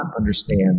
understand